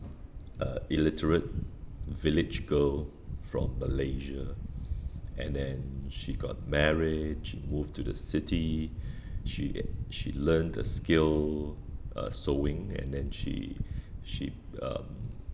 uh illiterate village girl from Malaysia and then she got married she moved to the city she a~ she learn the skill uh sewing and then she she um